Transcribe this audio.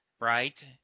right